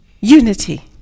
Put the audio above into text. unity